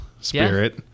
spirit